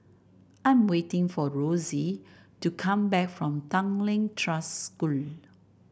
I am waiting for Rossie to come back from Tanglin Trust School